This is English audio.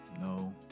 No